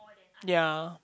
ya